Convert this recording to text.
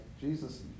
Jesus